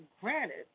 granted